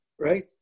right